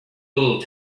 little